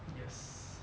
yes